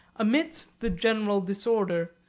amidst the general disorder,